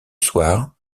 soir